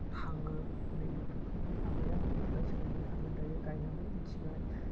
थाङो नै बेफोरखौहाय आमाइआ आंनो एडभाइस होनायलाय आङो दायो गायनानै मिथिबाय